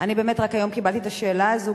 אני באמת רק היום קיבלתי את השאלה הזאת,